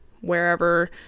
wherever